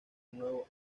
nuevo